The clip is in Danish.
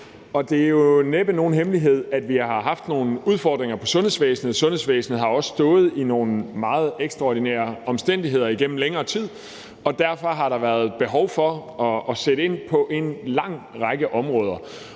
Det er jo næppe nogen hemmelighed, at vi har haft nogle udfordringer i sundhedsvæsenet. Sundhedsvæsenet har også stået i nogle meget ekstraordinære omstændigheder gennem længere tid, og derfor har der været behov for at sætte ind på en lang række områder.